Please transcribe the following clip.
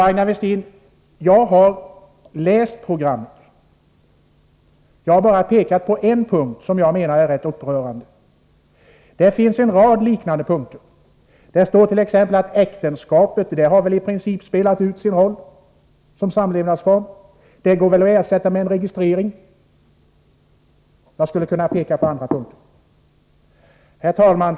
Aina Westin! Jag har läst programmet, och jag har bara pekat på en enda punkt som jag menar är rätt upprörande, men det finns en rad liknande punkter. På ett ställe heter dett.ex. att äktenskapet väl i princip har spelat ut sin roll som samlevnadsform och skulle kunna ersättas med en registrering. Jag skulle också kunna peka på andra sådana punkter. Herr talman!